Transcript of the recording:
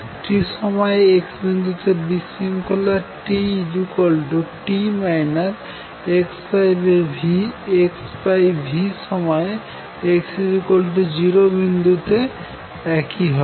t সময়ে x বিন্দুতে বিশৃঙ্খলা t t x v সময়ে x 0 বিদুতে একই হবে